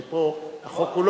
הרי פה החוק, נכון.